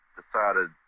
decided